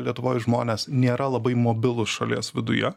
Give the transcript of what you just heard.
lietuvoj žmonės nėra labai mobilūs šalies viduje